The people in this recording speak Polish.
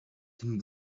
tym